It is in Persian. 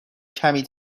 کمی